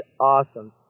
awesome